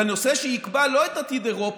בנושא שיקבע לא את עתיד אירופה,